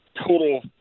total